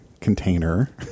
container